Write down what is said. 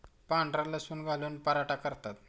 पांढरा लसूण घालून पराठा करतात